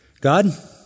God